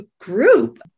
group